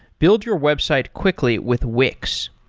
build your website quickly with wix.